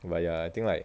but ya I think like